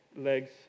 legs